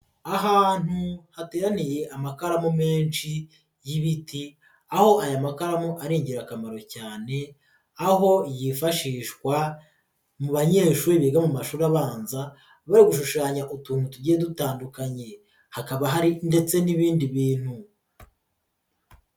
Ahantu hateraniye amakaramu menshi y'ibiti, aho aya makaramu ari ingirakamaro cyane aho yifashishwa mu banyeshuri biga mu mashuri abanza nbari gushushanya utuntu tugiye dutandukanye, hakaba hari ndetse n'ibindi bintu.